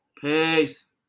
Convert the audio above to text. Peace